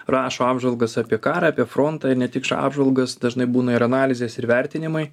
rašo apžvalgas apie karą apie frontą ir ne tik apžvalgas dažnai būna ir analizės ir vertinimai